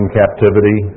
captivity